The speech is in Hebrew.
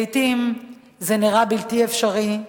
לעתים זה נראה בלתי אפשרי,